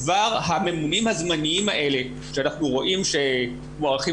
כבר הממונים הזמניים האלה שאנחנו רואים שמוארכים